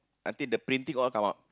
until the printing all come out